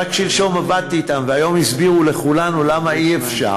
ורק שלשום עבדתי אתם והיום הסבירו לכולנו למה אי-אפשר,